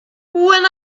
when